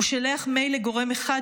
הוא שולח מייל לגורם אחד,